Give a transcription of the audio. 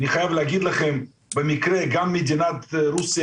אני חייב להגיד לכם, במקרה גם מדינת רוסיה